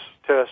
test